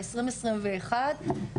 ב-2021,